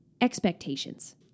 expectations